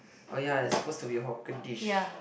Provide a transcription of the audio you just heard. orh ya it's supposed to be hawker dish